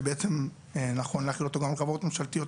שבעצם נכון להחיל אותו גם על חברות ממשלתיות,